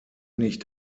nicht